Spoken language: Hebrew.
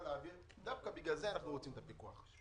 להעביר - דווקא בגלל אנחנו רוצים את הפיקוח.